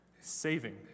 saving